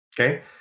okay